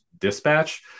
Dispatch